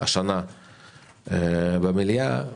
השנה במליאה,